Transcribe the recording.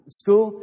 school